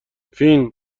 فین